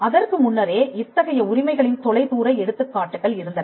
அதற்கு முன்னரே இத்தகைய உரிமைகளின் தொலைதூர எடுத்துக்காட்டுக்கள் இருந்தன